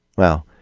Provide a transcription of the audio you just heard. well,